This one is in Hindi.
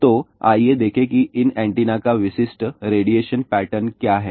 तो आइए देखें कि इन एंटीना का विशिष्ट रेडिएशन पैटर्न क्या है